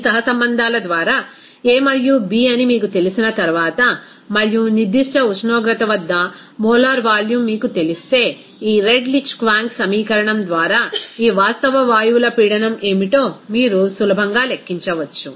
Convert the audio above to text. ఈ సహసంబంధాల ద్వారా a మరియు b అని మీకు తెలిసిన తర్వాత మరియు నిర్దిష్ట ఉష్ణోగ్రత వద్ద మోలార్ వాల్యూమ్ మీకు తెలిస్తే ఈ రెడ్లిచ్ క్వాంగ్ సమీకరణం ద్వారా ఈ వాస్తవ వాయువుల పీడనం ఏమిటో మీరు సులభంగా లెక్కించవచ్చు